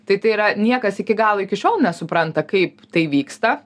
tai tai yra niekas iki galo iki šiol nesupranta kaip tai vyksta